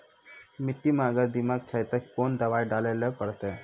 मिट्टी मे अगर दीमक छै ते कोंन दवाई डाले ले परतय?